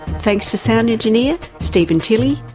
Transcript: thanks to sound engineer steven tilley,